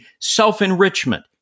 self-enrichment